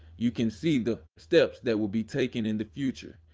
you can see the steps that will be taken in the future.